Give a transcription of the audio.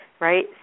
right